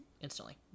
instantly